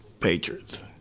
Patriots